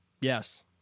Yes